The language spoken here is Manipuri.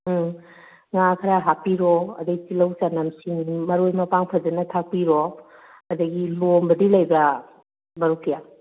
ꯎꯝ ꯉꯥ ꯈꯔ ꯍꯥꯞꯄꯤꯔꯣ ꯑꯗꯩ ꯇꯤꯂꯧ ꯆꯅꯝ ꯁꯤꯡ ꯃꯔꯣꯏ ꯃꯄꯥꯡ ꯐꯖꯅ ꯊꯥꯛꯄꯤꯔꯣ ꯑꯗꯒꯤ ꯂꯣꯝꯕꯗꯤ ꯂꯩꯕ꯭ꯔꯥ ꯃꯔꯨꯞꯀꯤ